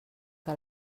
que